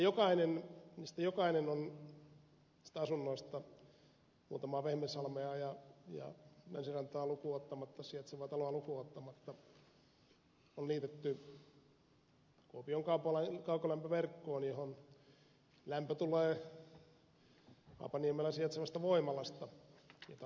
jokainen niistä asunnoista muutamaa vehmersalmella ja länsirannalla sijaitsevaa taloa lukuun ottamatta on liitetty kuopion kaukolämpöverkkoon johon lämpö tulee haapaniemellä sijaitsevasta voimalasta jota lämmitetään turpeella